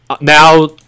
now